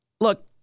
Look